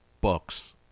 books